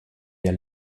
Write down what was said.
der